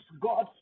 God